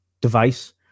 device